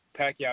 Pacquiao